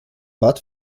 bad